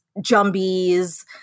Jumbies